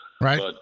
Right